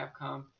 Capcom